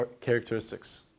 characteristics